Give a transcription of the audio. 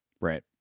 Right